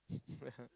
yeah